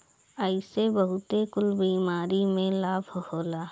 एसे बहुते कुल बीमारी में लाभ होला